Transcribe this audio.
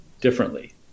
differently